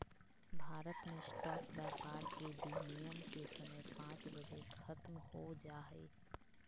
भारत मे स्टॉक व्यापार के विनियम के समय पांच बजे ख़त्म हो जा हय